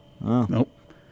Nope